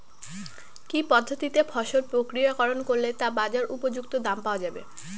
কি পদ্ধতিতে ফসল প্রক্রিয়াকরণ করলে তা বাজার উপযুক্ত দাম পাওয়া যাবে?